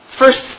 first